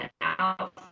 out